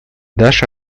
даша